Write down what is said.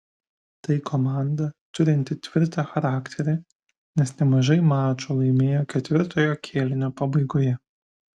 tai komanda turinti tvirtą charakterį nes nemažai mačų laimėjo ketvirtojo kėlinio pabaigoje